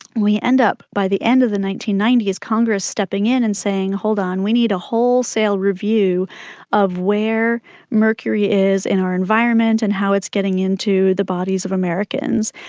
we end up by the end of the nineteen ninety s congress stepping in and saying, hold on, we need a wholesale review of where mercury is in our environment and how it's getting into the bodies of americans.